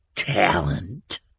talent